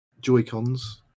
Joy-Cons